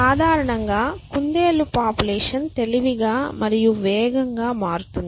సాధారణంగా కుందేలు పాపులేషన్ తెలివిగా మరియు వేగంగా మారుతుంది